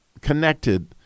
connected